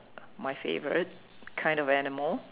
my favorite kind of animal